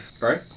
right